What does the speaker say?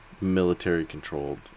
military-controlled